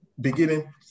beginning